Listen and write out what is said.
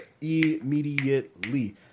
immediately